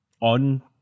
on